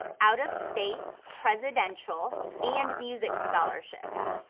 out of state presidential and music scholarships.